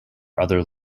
other